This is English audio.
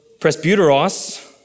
presbyteros